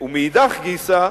ומאידך גיסא,